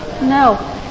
no